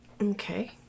Okay